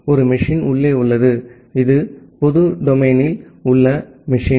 ஒரு மெஷின் உள்ளே உள்ளது இது பொது டொமினில் உள்ள மெஷின்